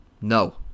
No